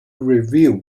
review